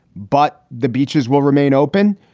but the beaches will remain open.